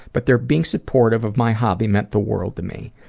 but their being supportive of my hobby meant the world to me.